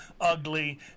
ugly